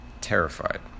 terrified